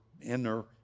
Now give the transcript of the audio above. inner